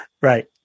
Right